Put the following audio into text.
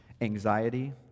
anxiety